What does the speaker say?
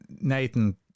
Nathan